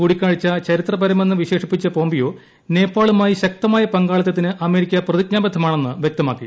കൂടിക്കാഴ്ച ചരിത്രപരമെന്ന് വിശേഷിപ്പിച്ച പോംപിയോ നേപ്പാളുമായി ശക്തമായ പങ്കാളിത്തത്തിന് അമേരിക്ക പ്രതിജ്ഞാബദ്ധമാണെന്ന് വ്യക്തമാക്കി